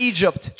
Egypt